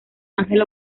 angel